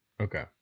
Okay